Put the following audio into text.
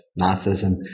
Nazism